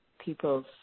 people's